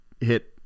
hit